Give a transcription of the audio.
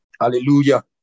Hallelujah